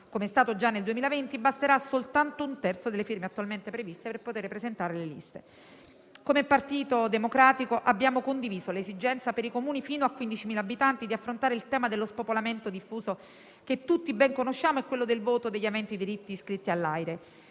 come è stato già nel 2020, basterà soltanto un terzo delle firme attualmente previste per poter presentare le liste. Come Partito Democratico abbiamo condiviso l'esigenza per i Comuni fino a 15.000 abitanti di affrontare il tema dello spopolamento diffuso, che tutti ben conosciamo, e quello del voto degli aventi diritto iscritti all'AIRE.